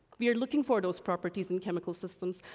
we are looking for those properties in chemical systems,